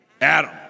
Adam